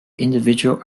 individual